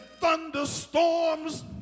thunderstorms